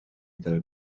dal